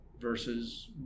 Versus